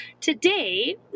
today